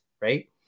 right